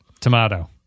Tomato